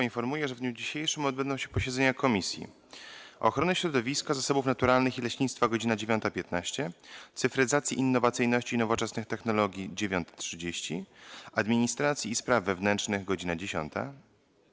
Informuję, że w dniu dzisiejszym odbędą się posiedzenia Komisji: - Ochrony Środowiska, Zasobów Naturalnych i Leśnictwa - godz. 9.15, - Cyfryzacji, Innowacyjności i Nowoczesnych Technologii - godz. 9.30, - Administracji i Spraw Wewnętrznych - godz. 10,